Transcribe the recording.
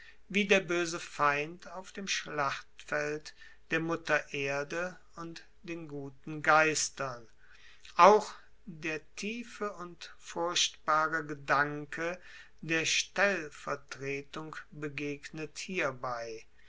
wie der boese feind auf dem schlachtfeld der mutter erde und den guten geistern auch der tiefe und furchtbare gedanke der stellvertretung begegnet hierbei